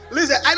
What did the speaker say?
Listen